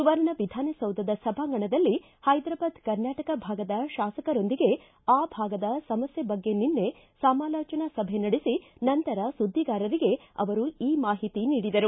ಸುವರ್ಣ ವಿಧಾನಸೌಧದ ಸಭಾಂಗಣದಲ್ಲಿ ಹೈದ್ರಾಬಾದ್ ಕರ್ನಾಟಕ ಭಾಗದ ಶಾಸಕರೊಂದಿಗೆ ಆ ಭಾಗದ ಸಮಸ್ಥೆ ಬಗ್ಗೆ ನಿನ್ನೆ ಸಮಾಲೋಚನಾ ಸಭೆ ನಡೆಸಿ ನಂತರ ಸುದ್ನಿಗಾರಿಗೆ ಅವರು ಈ ಮಾಹಿತಿ ನೀಡಿದರು